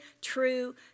true